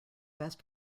best